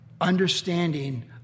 understanding